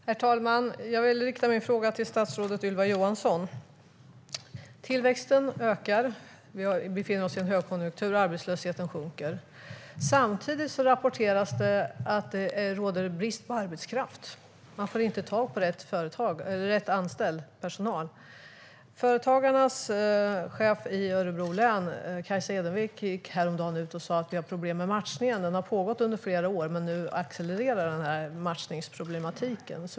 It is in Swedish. Herr talman! Jag vill rikta min fråga till statsrådet Ylva Johansson. Tillväxten ökar - vi befinner oss i en högkonjunktur - och arbetslösheten sjunker. Samtidigt rapporteras att det råder brist på arbetskraft. Man får inte tag på rätt personal att anställa. Chefen för Företagarna i Örebro län, Kaisa Edenvik, gick häromdagen ut och sa att det finns problem med matchningen. Matchningsproblematiken har pågått under flera år men accelererar nu.